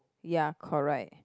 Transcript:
ya correct